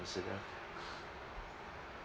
consider